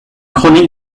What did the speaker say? chronique